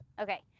okay